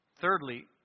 thirdly